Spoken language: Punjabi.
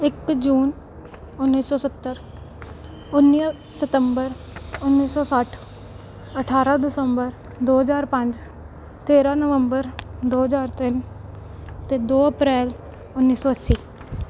ਇੱਕ ਜੂਨ ਉੱਨੀ ਸੌ ਸੱਤਰ ਉੱਨੀ ਸਤੰਬਰ ਉੱਨੀ ਸੌ ਸੱਠ ਅਠਾਰ੍ਹਾਂ ਦਸੰਬਰ ਦੋ ਹਜ਼ਾਰ ਪੰਜ ਤੇਰ੍ਹਾਂ ਨਵੰਬਰ ਦੋ ਹਜ਼ਾਰ ਤਿੰਨ ਅਤੇ ਦੋ ਅਪ੍ਰੈਲ ਉੱਨੀ ਸੌ ਅੱਸੀ